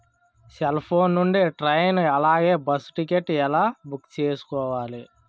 Cell phone నుండి train అలాగే bus ticket ఎలా బుక్ చేసుకోవాలి?